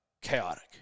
chaotic